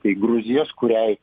tai gruzijos kuriai